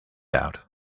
out